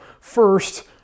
First